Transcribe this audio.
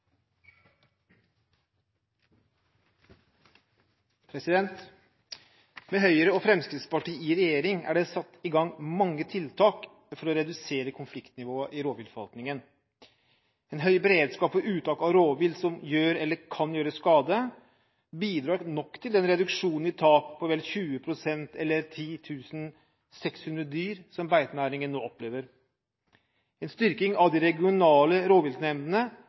satt i gang mange tiltak for å redusere konfliktnivået i rovviltforvaltningen. En høy beredskap for uttak av rovvilt som gjør, eller kan gjøre, skade, bidrar nok til den reduksjonen i tap på vel 20 pst. eller 10 600 dyr, som beitenæringen nå opplever. En styrking av de regionale rovviltnemndene